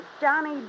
Johnny